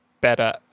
better